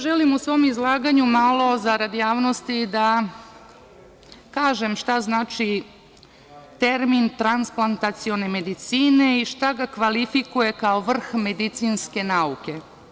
Želim u svom izlaganju zarad javnosti da kažem šta znači termin transplantacione medicine i šta ga kvalifikuje kao vrh medicinske nauke.